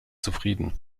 zufrieden